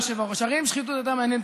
כי הרי לא שומעים אותך,